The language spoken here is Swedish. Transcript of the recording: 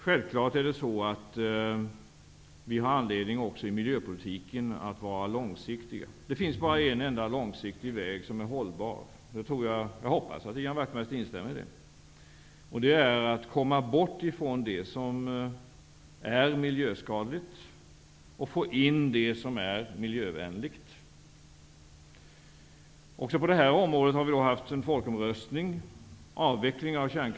Självfallet har vi även i miljöpolitiken anledning att vara långsiktiga. Det finns bara en enda långsiktig väg som är hållbar, och jag hoppas att Ian Wachtmeister instämmer i det, nämligen att komma bort från det som är miljöskadligt och få in det som är miljövänligt. Också på detta område har vi haft en folkomröstning.